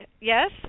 yes